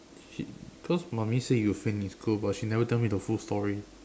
shit cause mummy say you finish school but she never tell me the full story